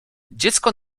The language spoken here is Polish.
dziecko